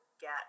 get